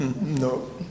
no